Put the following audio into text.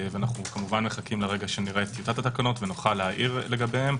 כמובן אנחנו מחכים לרגע שנראה את טיוטת התקנות ונוכל להעיר לגביהן.